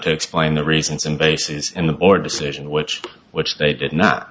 to explain the reasons and basis in the board decision which which they did not